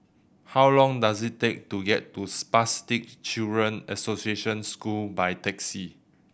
how long does it take to get to Spastic Children's Association School by taxi